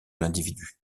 l’individu